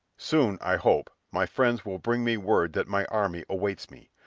soon, i hope, my friends will bring me word that my army awaits me,